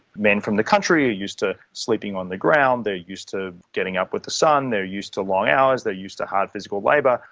men from the country are used to sleeping on the ground, they're used to getting up with the sun, they're used to long hours, they're used to hard physical labour,